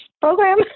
program